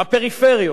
הפריפריות,